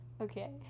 Okay